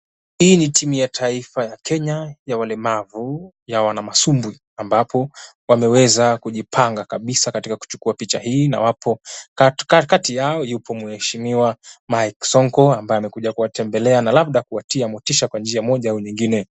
Hii ni timu ya taifa ya Kenya ya walemavu ya wanamasumbwi ambapo wameweza kujipanga kabisa katika kuchukua picha hii na wapo. Kati yao yupo mheshimiwa Mike Sonko ambaye amekuja kuwatembelea na labda kuwatia motisha kwa njia moja au nyingine.